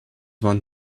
want